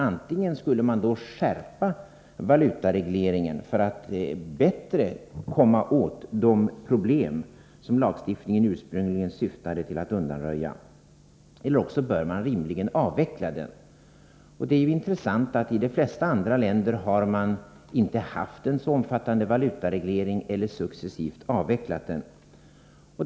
Antingen skulle valutaregleringen skärpas för "=S yjsitation av svensatt vi bättre skulle kunna komma åt de problem som lagstiftningen — Ia resenärer ursprungligen syftade till att undanröja eller också bör — vilket är rimligt — valutaregleringen avvecklas. Det är intressant att konstatera att valutaregleringen i de flesta andra länder inte varit lika omfattande som här. Om så varit fallet, har man successivt avvecklat den.